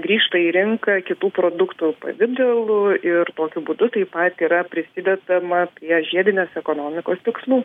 grįžta į rinką kitų produktų pavidalu ir tokiu būdu taip pat yra prisidedama prie žiedinės ekonomikos tikslų